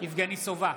יבגני סובה,